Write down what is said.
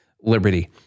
Liberty